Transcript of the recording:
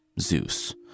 Zeus